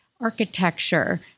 architecture